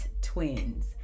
twins